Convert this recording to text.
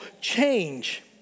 change